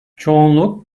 çoğunluk